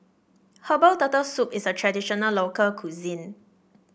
Herbal Turtle Soup is a traditional local cuisine